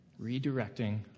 Redirecting